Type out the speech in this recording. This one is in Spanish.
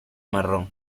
marrón